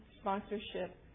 sponsorship